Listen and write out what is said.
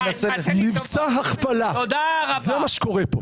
מבצע הכפלה, זה מה שקורה פה.